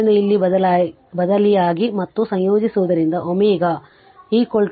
ಆದ್ದರಿಂದ ಇಲ್ಲಿ ಬದಲಿಯಾಗಿ ಮತ್ತು ಸಂಯೋಜಿಸುವುದರಿಂದ ಒಮೆಗಾ 156